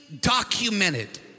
documented